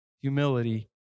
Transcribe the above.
humility